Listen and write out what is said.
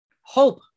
hope